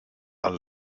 and